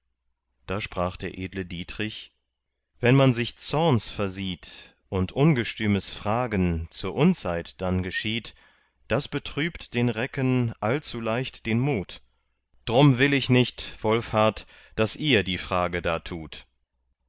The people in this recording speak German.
da sprach der edle dietrich wenn man sich zorns versieht und ungestümes fragen zur unzeit dann geschieht das betrübt den recken allzuleicht den mut drum will ich nicht wolfhart daß ihr die frage da tut